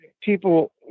People